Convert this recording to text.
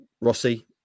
Rossi